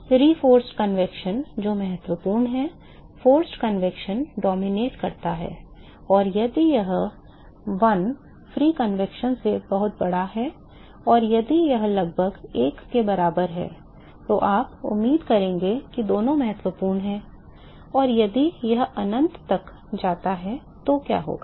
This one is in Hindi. Re forced convection जो महत्वपूर्ण है forced convection हावी करता है और यदि यह 1 मुक्त संवहन से बहुत बड़ा है और यदि यह लगभग 1 के बराबर है तो आप उम्मीद करेंगे कि दोनों महत्वपूर्ण हैं और यदि यह अनंत तक जाता है तो क्या होगा